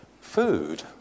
food